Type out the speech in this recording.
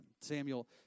Samuel